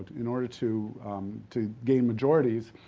in order to to gain majorities,